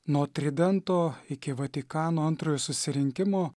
nuo tridento iki vatikano antrojo susirinkimo